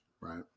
right